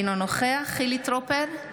אינו נוכח חילי טרופר,